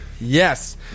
Yes